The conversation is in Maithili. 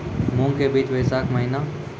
मूंग के बीज बैशाख महीना